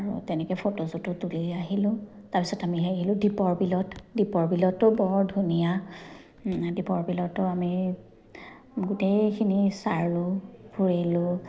আৰু তেনেকে ফটো চটো তুলি আহিলোঁ তাৰপিছত আমি সেই দীপৰ বিলত দীপৰ বিলতো বৰ ধুনীয়া দীপৰ বিলতো আমি গোটেইখিনি চালোঁ ফুৰিলোঁ